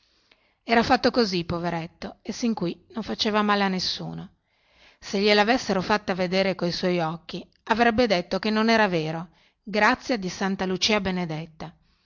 era fatto così poveretto e sin qui non faceva male a nessuno se glielavessero fatta vedere coi suoi occhi avrebbe detto che non era vero